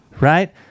Right